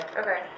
Okay